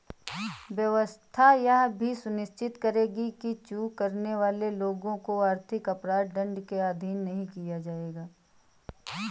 व्यवस्था यह भी सुनिश्चित करेगी कि चूक करने वाले लोगों को आर्थिक अपराध दंड के अधीन नहीं किया जाएगा